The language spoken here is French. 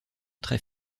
très